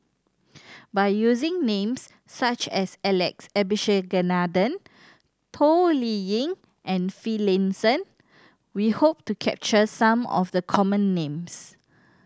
by using names such as Alex Abisheganaden Toh Liying and Finlayson we hope to capture some of the common names